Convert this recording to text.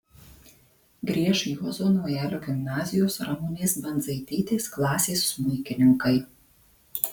grieš juozo naujalio gimnazijos ramunės bandzaitytės klasės smuikininkai